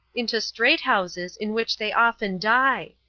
into straight houses, in which they often die.